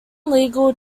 legal